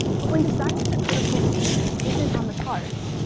but when designing for critical engagement isn't on the cards,